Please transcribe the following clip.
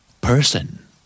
Person